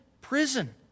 prison